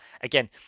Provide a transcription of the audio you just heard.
again